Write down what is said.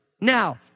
Now